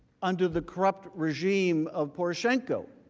under the corrupt regime of poroshenko.